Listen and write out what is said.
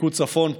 פיקוד צפון,